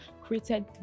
created